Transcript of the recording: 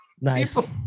nice